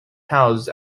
housed